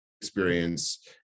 experience